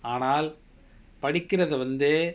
ஆனால் படிக்குறது வந்து:aanal padikurathu vanthu